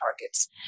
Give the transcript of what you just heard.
targets